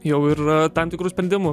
jau ir tam tikrų sprendimų